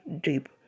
deep